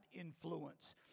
influence